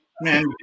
Man